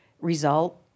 result